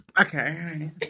Okay